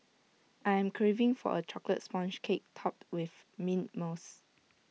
I am craving for A Chocolate Sponge Cake Topped with Mint Mousse